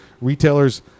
Retailers